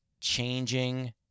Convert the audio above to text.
changing